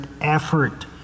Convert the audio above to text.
effort